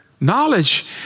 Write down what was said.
Knowledge